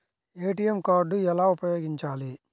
ATM card ఎలా ఉపయోగించాలి?